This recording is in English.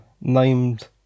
named